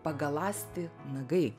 pagaląsti nagai